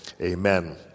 amen